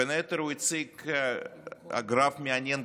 בין היתר הוא הציג גרף מעניין,